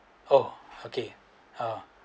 oh okay ah